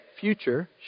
future